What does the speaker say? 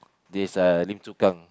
this uh Lim-Chu-Kang